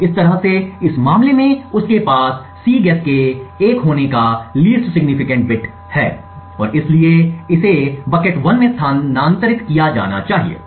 तो इस तरह से इस मामले में उसके पास Cguess के 1 होने का लिस्ट सिग्निफिकेंट बिट बिट है और इसलिए इसे बाल्टी 1 में स्थानांतरित किया जाना चाहिए